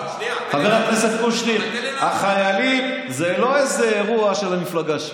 חבר הכנסת קושניר: החיילים הם לא איזה אירוע של המפלגה שלך.